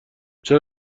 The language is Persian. چرا